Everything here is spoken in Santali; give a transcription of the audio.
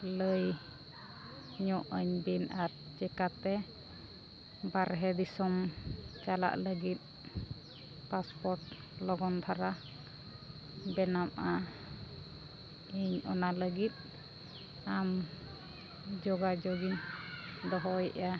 ᱞᱟᱹᱭ ᱧᱚᱜ ᱟᱹᱧ ᱵᱤᱱ ᱟᱨ ᱪᱮᱠᱟᱛᱮ ᱵᱟᱨᱦᱮ ᱫᱤᱥᱚᱢ ᱪᱟᱞᱟᱜ ᱞᱟᱹᱜᱤᱫ ᱯᱟᱥᱯᱳᱨᱴ ᱞᱚᱜᱚᱱ ᱫᱷᱟᱨᱟ ᱵᱮᱱᱟᱜᱼᱟ ᱤᱧ ᱚᱱᱟ ᱞᱟᱹᱜᱤᱫ ᱤᱧ ᱚᱱᱟ ᱞᱟᱹᱜᱤᱫ ᱟᱢ ᱡᱳᱜᱟᱡᱳᱜᱽ ᱤᱧ ᱫᱚᱦᱚᱭᱮᱜᱼᱟ